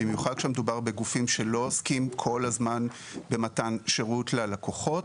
במיוחד כשמדובר בגופים שלא עוסקים כל הזמן במתן שירות ללקוחות.